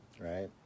right